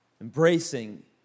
Embracing